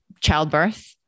childbirth